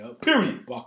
Period